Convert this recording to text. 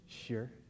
Sure